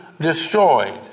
destroyed